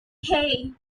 hey